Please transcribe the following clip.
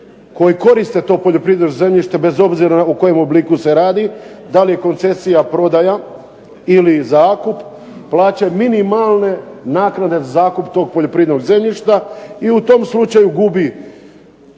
koji koriste to poljoprivredno zemljište bez obzira u kojem obliku se radi, da li je koncesija, prodaja ili zakup plaćaju minimalne naknade za zakup tog poljoprivrednog zemljišta i u tom slučaju gubi